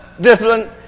discipline